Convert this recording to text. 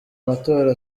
matora